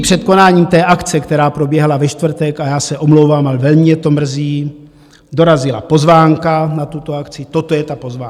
Tři dny před konáním té akce, která proběhla ve čtvrtek, a já se omlouvám, ale velmi mě to mrzí, dorazila pozvánka na tuto akci, toto je ta pozvánka.